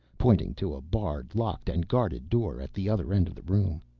pointing to a barred, locked and guarded door at the other end of the room.